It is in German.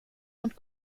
und